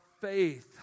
faith